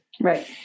Right